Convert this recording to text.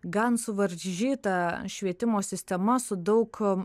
gan suvaržyta švietimo sistema su daug